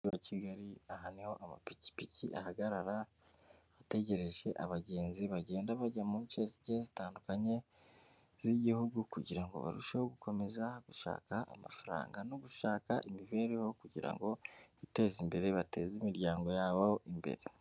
Umujyi wa Kigali aha niho amapikipiki ahagarara ategereje abagenzi bagenda bajya mu nce zigiye zitandukanye z'Igihugu kugira ngo barusheho gukomeza gushaka amafaranga no gushaka imibereho kugira ngo biteze imbere bateze imiryango yabo imbere.